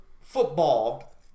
football